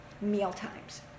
mealtimes